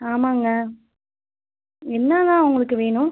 ஆமாங்க என்னலாம் உங்களுக்கு வேணும்